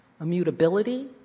immutability